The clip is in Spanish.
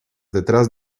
detrás